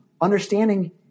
understanding